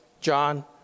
John